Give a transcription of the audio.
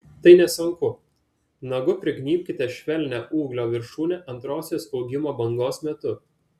tai nesunku nagu prignybkite švelnią ūglio viršūnę antrosios augimo bangos metu